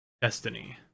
Destiny